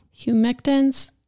Humectants